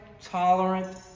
tolerant